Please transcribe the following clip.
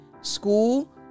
school